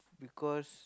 because